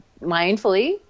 mindfully